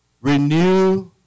Renew